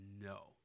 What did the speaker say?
no